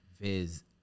Viz